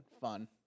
fun